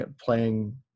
playing